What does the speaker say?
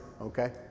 okay